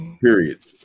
period